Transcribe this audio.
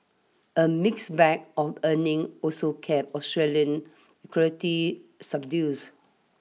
a mixed bag of earning also kept Australian equity subdue